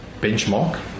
benchmark